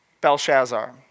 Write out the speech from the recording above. Belshazzar